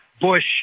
Bush